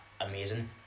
amazing